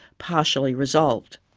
partially resolved.